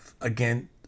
again